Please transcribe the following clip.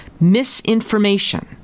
misinformation